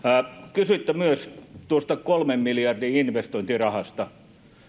kysyitte myös tuosta kolmen miljardin investointirahasta